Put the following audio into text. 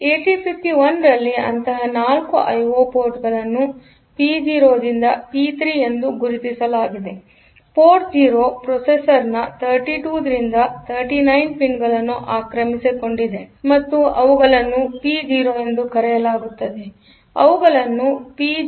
8051 ರಲ್ಲಿ ಅಂತಹ 4 ಐಒ ಪೋರ್ಟ್ಗಳನ್ನು ಪಿ 0 ರಿಂದ ಪಿ 3 ಎಂದು ಗುರುತಿಸಲಾಗಿದೆಪೋರ್ಟ್ 0 ಪ್ರೊಸೆಸರ್ನ 32 ರಿಂದ 39 ಪಿನ್ಗಳನ್ನು ಆಕ್ರಮಿಸಿಕೊಂಡಿದೆಮತ್ತು ಅವುಗಳನ್ನು ಪಿ 0 ಎಂದು ಕರೆಯಲಾಗುತ್ತದೆಮತ್ತು ಅವುಗಳನ್ನು ಪಿ 0